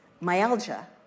myalgia